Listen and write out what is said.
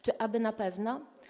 Czy aby na pewno?